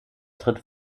tritt